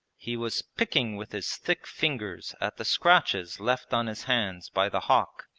he was picking with his thick fingers at the scratches left on his hands by the hawk,